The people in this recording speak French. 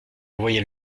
envoyer